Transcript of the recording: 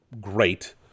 great